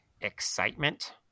excitement